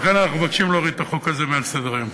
ולכן אנחנו מבקשים להוריד את החוק הזה מעל סדר-היום.